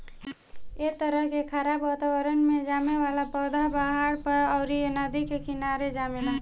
ए तरह के खराब वातावरण में जामे वाला पौधा पहाड़ पर, अउरी नदी के किनारे जामेला